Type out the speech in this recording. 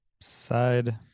side